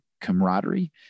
camaraderie